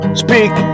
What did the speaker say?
speak